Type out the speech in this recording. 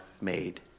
made